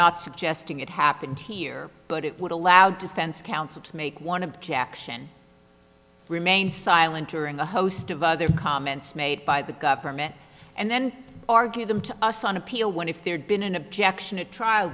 not suggesting it happened here but it would allow defense counsel to make one objection remained silent during a host of other comments made by the government and then argue them to us on appeal when if there'd been an objection a trial